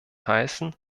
heißen